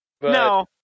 No